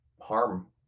harm